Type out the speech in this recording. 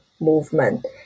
movement